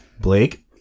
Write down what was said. Blake